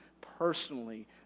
personally